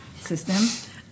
system